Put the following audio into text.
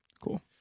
cool